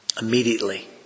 Immediately